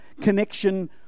connection